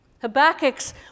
Habakkuk's